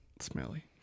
Smelly